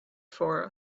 for